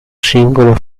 singolo